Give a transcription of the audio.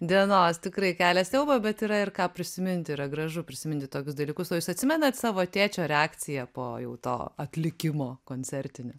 dienos tikrai kelia siaubą bet yra ir ką prisiminti yra gražu prisiminti tokius dalykus o jūs atsimenat savo tėčio reakciją po jau to atlikimo koncertinio